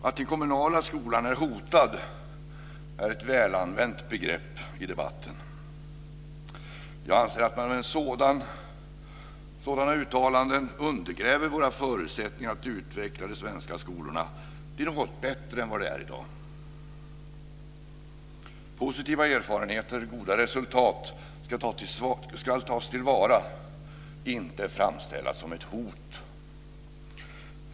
Att den kommunala skolan är hotad är ett välanvänt begrepp i debatten. Jag anser att man med sådana uttalanden undergräver våra förutsättningar att utveckla de svenska skolorna till något bättre än vad de är i dag. Positiva erfarenheter och goda resultat ska tas till vara, inte framställas som ett hot.